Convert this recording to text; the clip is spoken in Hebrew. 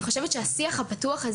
אני חושבת שהשיח הפתוח,